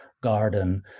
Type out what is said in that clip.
garden